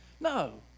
No